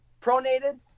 pronated